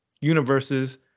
universes